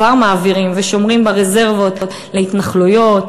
כבר מעבירים ושומרים ברזרבות להתנחלויות,